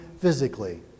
physically